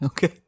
Okay